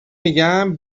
میگم